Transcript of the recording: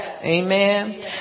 Amen